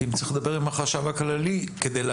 כי אני צריך לדבר עם החשב הכללי כדי להסביר.